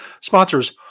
Sponsors